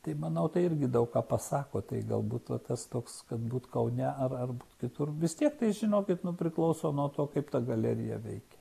tai manau tai irgi daug ką pasako tai galbūt va tas toks kad būt kaune ar ar kitur vis tiek tai žinokit nu priklauso nuo to kaip ta galerija veikia